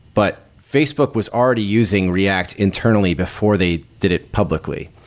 but facebook was already using react internally before they did it publicly.